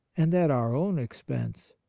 and at our own expense.